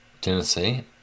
Tennessee